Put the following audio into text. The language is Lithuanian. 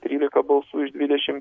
trylika balsų iš dvidešimt